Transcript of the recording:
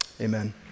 Amen